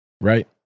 Right